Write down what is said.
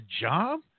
job